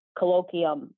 colloquium